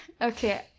Okay